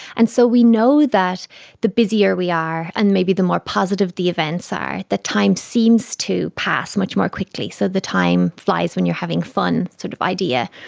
and so we know that the busier we are and maybe the more positive the events are, that time seems to pass much more quickly. so the time flies when you're having fun sort of idea.